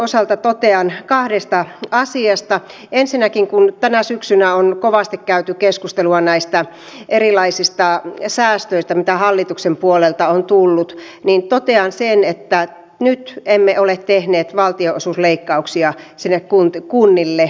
mutta onko nyt niin että se on vähän suomesta kiinni että meiltä ei löydy oikeastaan semmoista pitkän tähtäimen mahdollisuutta nyt sitten investoida siihen että saisimme jäämeren rataa alulle tätä vuosikymmenten hanketta